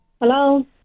Hello